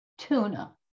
Tuna